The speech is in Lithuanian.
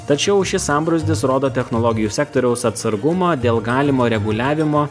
tačiau šis sambrūzdis rodo technologijų sektoriaus atsargumą dėl galimo reguliavimo